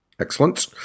Excellent